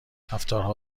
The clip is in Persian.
رفتارها